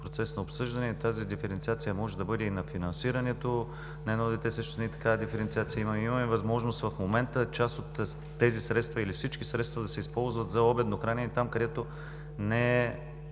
процес на обсъждане. Тази диференциация може да бъде също и на финансирането на едно дете, такава диференциация имаме. Имаме възможност в момента част от тези средства или всички средства да се използват за обедно хранене или там, където не е